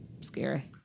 scary